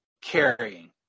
carrying